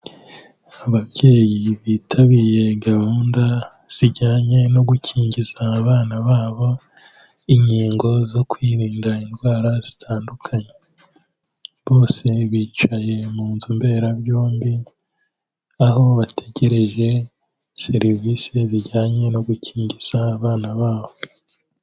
Ababyeyi bitabiye gahunda zijyanye no gukingiza abana babo inkingo zo kwirinda indwara zitandukanye, bose bicaye mu nzu mberabyombi aho bategereje serivise zijyanye no gukingiza abana babo.